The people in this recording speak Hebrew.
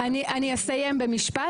אני אסיים במשפט.